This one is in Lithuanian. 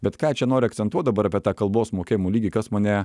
bet ką čia noriu akcentuot dabar apie tą kalbos mokėjimo lygį kas mane